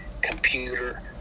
computer